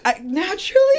Naturally